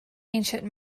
ancient